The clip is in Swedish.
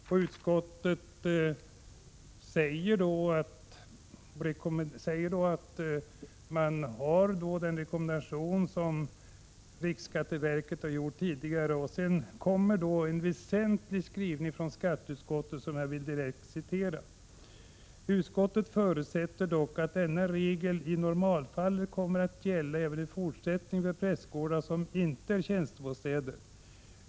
Skatteutskottet säger att riksskatteverkets tidigare rekommendation följs och gör sedan en väsentlig skrivning: ”Utskottet förutsätter dock att denna regel i normalfallet kommer att gälla även i fortsättningen för prästgårdar som inte är tjänstebostäder.